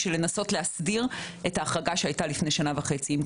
של לנסות להסדיר את ההחרגה שהייתה לפני שנה וחצי.